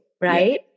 Right